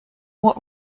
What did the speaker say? what